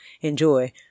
enjoy